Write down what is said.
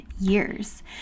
years